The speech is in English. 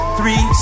Three